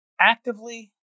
actively